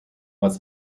was